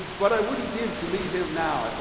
what i wouldn't give to meet him now, i